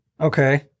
Okay